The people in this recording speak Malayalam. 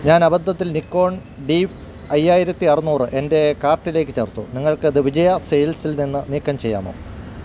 ഞാൻ അബദ്ധത്തിൽ നിക്കോൺ ഡി അയ്യായിരത്തി അറുനൂർ എൻ്റെ കാർട്ടിലേക്ക് ചേർത്തു നിങ്ങൾക്കത് വിജയ സെയിൽസിൽനിന്ന് നീക്കം ചെയ്യാമോ